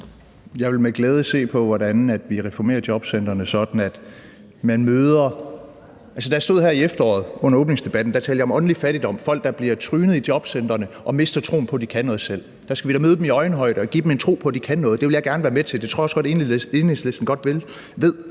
Jeg vil med glæde se på, hvordan vi reformerer jobcentrene. Altså, da jeg stod her i efteråret under åbningsdebatten, talte jeg om åndelig fattigdom – folk, der bliver trynet i jobcentrene og mister troen på, at de kan noget selv. Der skal vi da møde dem i øjenhøjde og give dem en tro på, at de kan noget. Det vil jeg gerne være med til, og det tror jeg også at Enhedslisten godt ved.